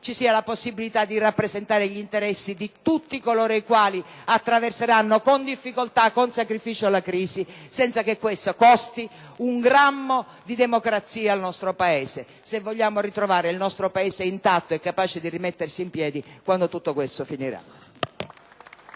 c'è la possibilità di rappresentare gli interessi di tutti coloro i quali attraverseranno con difficoltà e con sacrificio la crisi, senza che ciò costi un grammo di democrazia al nostro Paese, se vogliamo ritrovare il nostro Paese intatto e capace di rimettersi in piedi quando tutto questo finirà.